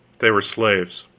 they were slaves.